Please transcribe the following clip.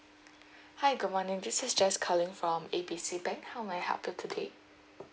hi good morning this is jess calling from A B C bank how may I help you today